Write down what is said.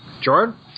Jordan